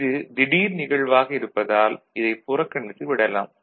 இது திடீர் நிகழ்வாக இருப்பதால் இதைப் புறக்கணித்து விடலாம்